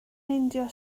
meindio